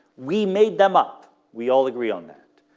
we made them up we all agree on that,